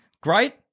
great